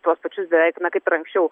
tuos pačius beveik na kaip ir anksčiau